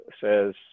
says